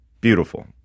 beautiful